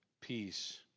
peace